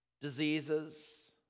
diseases